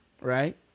right